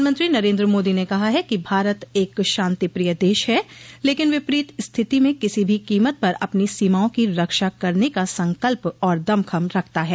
प्रधानमंत्री नरेन्द्र मोदी ने कहा है कि भारत एक शांति प्रिय देश है लेकिन विपरीत स्थिति में किसी भी कीमत पर अपनी सीमाओं की रक्षा करने का संकल्प और दमखम रखता है